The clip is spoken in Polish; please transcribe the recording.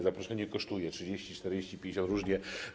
Zaproszenie kosztuje 30, 40, 50 - różnie.